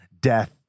death